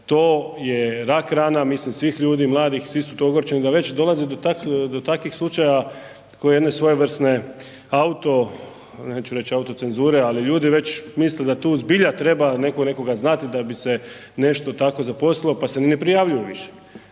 to je rak rana mislim svih ljudi, mladih, svi su tu ogorčeni, da već dolazi do takvih slučajeva kao jedne svojevrsne auto, neću reći autocenzure ali ljudi već misle da tu zbilja neko nekoga znati da bi se nešto tako zaposlilo pa se ni ne prijavljuju više.